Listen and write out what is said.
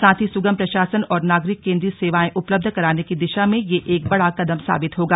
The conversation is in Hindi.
साथ ही सुगम प्रशासन और नागरिक केन्द्रित सेवायें उपलब्ध कराने की दिशा में ये एक बड़ा कदम साबित होगा